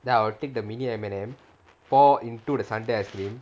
then I will take the mini M&M pour into the sundae ice cream